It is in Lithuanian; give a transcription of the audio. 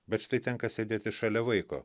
bet štai tenka sėdėti šalia vaiko